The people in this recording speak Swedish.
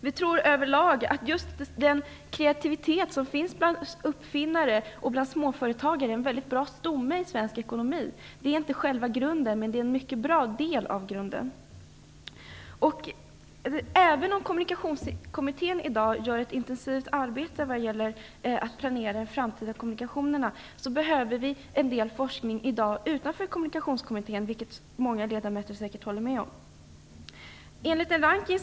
Vi tror att den kreativitet som finns hos uppfinnare och småföretagare är en mycket bra stomme i svensk ekonomi. Det är inte själva grunden, men det är en bra del av grunden. Även om Kommunikationskommittén i dag bedriver ett intensivt arbete för att planera de framtida kommunikationerna behöver vi en del forskning utanför Kommunikationskommittén. Det håller säkert många ledamöter med om.